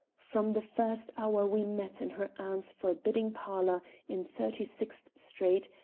from the first hour we met in her aunt's forbidding parlor in thirty-sixth street,